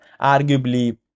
arguably